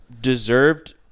deserved